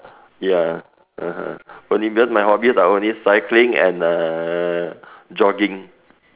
ya (uh huh) only cause my hobbies are only cycling and uh jogging